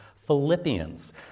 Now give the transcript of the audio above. Philippians